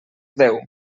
déu